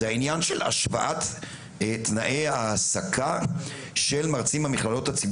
שיש חשיבות עצומה להדק את הזרועות בין הממשלה,